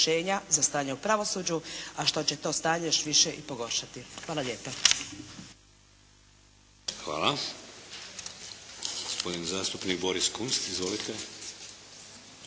za stanje u pravosuđu, a što će to stanje još više i pogoršati. Hvala lijepa. **Šeks, Vladimir (HDZ)** Hvala. Gospodin zastupnik Boris Kunst. Izvolite.